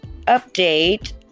update